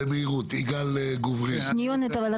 יגאל גוברין, בבקשה.